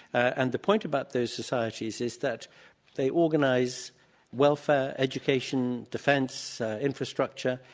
and the point about those societies is that they organize welfare, education, defense, infrastructure,